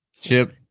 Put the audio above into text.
Chip